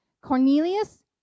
Cornelius